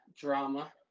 drama